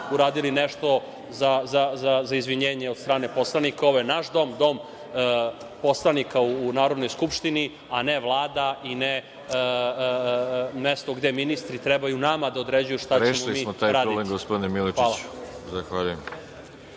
uradili nešto za izvinjenje od strane poslanika. Ovo je naš dom, dom poslanika u Narodnoj skupštini, a ne Vlada i ne mesto gde ministri trebaju nama da određuju šta ćemo raditi. **Veroljub Arsić** Rešili smo taj problem, gospodine Milojičiću.